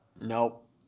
Nope